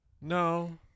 No